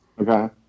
Okay